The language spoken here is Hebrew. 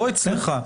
לא אצלך,